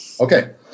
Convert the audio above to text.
Okay